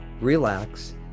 relax